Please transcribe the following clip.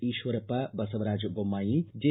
Eshwarappa Basavaraj Bommai J